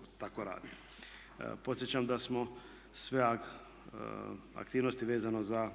kojoj tako radi. Podsjećam da smo sve aktivnosti vezano za